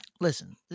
Listen